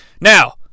Now